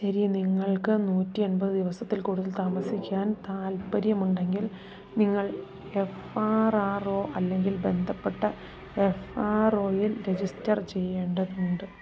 ശരി നിങ്ങൾക്ക് നൂറ്റിയെൺപത് ദിവസത്തിൽ കൂടുതൽ താമസിക്കാൻ താൽപ്പര്യമുണ്ടെങ്കിൽ നിങ്ങൾ എഫ് ആര് ആര് ഓ അല്ലെങ്കിൽ ബന്ധപ്പെട്ട എഫ് ആര് ഒയിൽ രജിസ്റ്റർ ചെയ്യേണ്ടതുണ്ട്